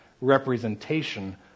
representation